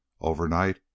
Overnight